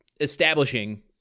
establishing